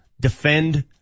Defend